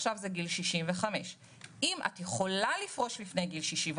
עכשיו זה גיל 65. אם את יכולה לפרוש לפני גיל 65,